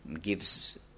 gives